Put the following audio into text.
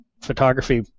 photography